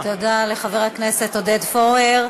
תודה לחבר הכנסת עודד פורר.